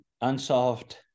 unsolved